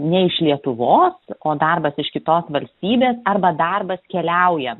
ne iš lietuvos o darbas iš kitos valstybės arba darbas keliauja